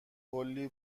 کلی